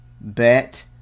bet